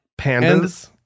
Pandas